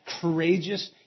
courageous